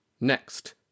Next